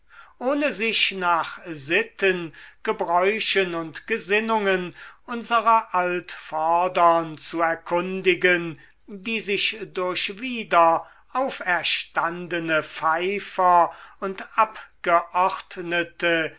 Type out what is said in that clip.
ohne sich nach sitten gebräuchen und gesinnungen unserer altvordern zu erkundigen die sich durch wieder auferstandene pfeifer und abgeordnete